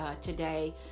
Today